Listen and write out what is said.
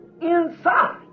inside